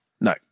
No